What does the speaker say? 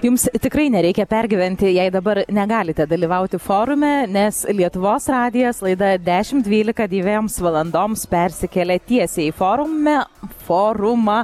jums tikrai nereikia pergyventi jei dabar negalite dalyvauti forume nes lietuvos radijas laida dešimt dvylika dviems valandoms persikėlė tiesiai į forume forumą